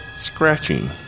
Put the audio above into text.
scratching